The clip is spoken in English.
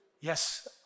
Yes